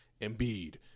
Embiid